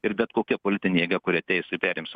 ir bet kokia politinė jėga kuri ateis ir perims